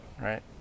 right